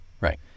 Right